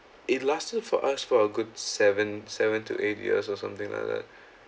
it lasted for us for a good seven seven to eight years or something like that